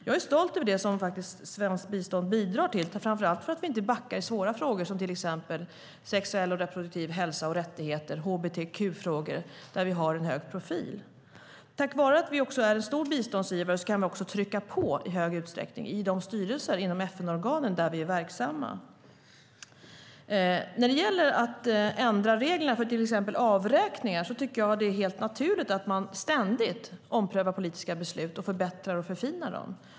Jag är stolt över det som svenskt bistånd bidrar till och framför allt över att vi inte backar i svåra frågor som till exempel sexuell och reproduktiv hälsa och rättigheter och hbtq-frågor där vi har en hög profil. Tack vare att vi är en stor biståndsgivare kan vi också trycka på i hög utsträckning i de styrelser inom FN-organ där vi är verksamma. När det gäller att ändra reglerna för exempelvis avräkningar är det helt naturligt att man ständigt omprövar politiska beslut och förbättrar och förfinar dem.